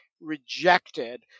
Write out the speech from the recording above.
rejected